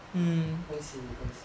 恭喜你恭喜你